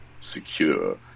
secure